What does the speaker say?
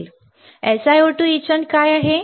SiO2 etchant काय आहे